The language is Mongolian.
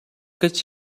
гэж